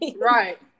Right